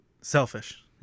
Selfish